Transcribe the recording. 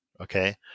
Okay